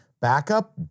Backup